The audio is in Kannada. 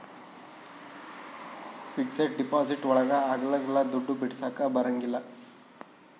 ಫಿಕ್ಸೆಡ್ ಡಿಪಾಸಿಟ್ ಒಳಗ ಅಗ್ಲಲ್ಲ ದುಡ್ಡು ಬಿಡಿಸಕ ಬರಂಗಿಲ್ಲ